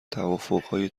توافقهای